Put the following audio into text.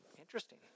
Interesting